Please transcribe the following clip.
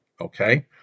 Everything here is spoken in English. Okay